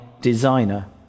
designer